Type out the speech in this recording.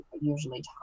usually